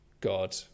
god